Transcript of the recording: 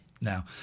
now